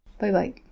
Bye-bye